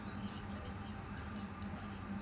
well